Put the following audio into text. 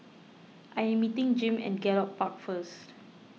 I am meeting Jim at Gallop Park first